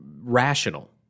rational